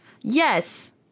Yes